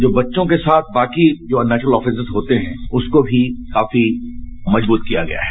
जो बच्चोंज के साथ बाकि जो अननेचुरल ऑफेसेंस होते हैं उसको भी काफी मजबूत किया गया है